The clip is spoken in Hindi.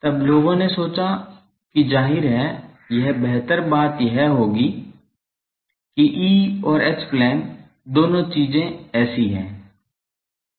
तब लोगों ने सोचा कि जाहिर है एक बेहतर बात यह होगी कि E और एच प्लेन दोनों चीजें ऐसी हैं